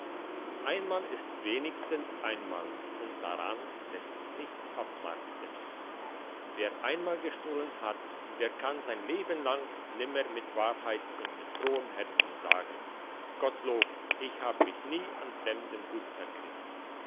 einmal ist wenigstens einmal und daran lässt sich nichts abmarkten wer einmal gestohlen hat der kann sein leben lang nimmer mit wahrheit und mit frohem herzen sagen gottlob ich habe mich nie an fremdem gut vergriffen